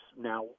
now